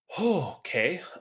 Okay